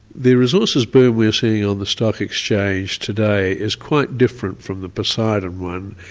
the resources boom we're seeing on the stock exchange today is quite different from the poseidon one,